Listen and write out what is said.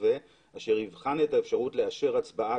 מתווה אשר יבחן את האפשרות לאשר הצבעה